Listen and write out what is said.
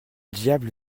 diable